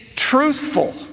truthful